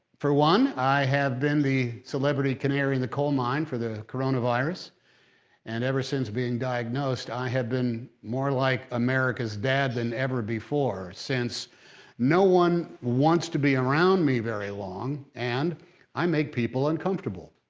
for one, i have been the celebrity canary in the coal mine for the coronavirus and ever since being diagnosed i have been more like america's dad than ever before since no one wants to be around me very long, and i make people uncomfortable.